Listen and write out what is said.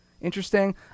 interesting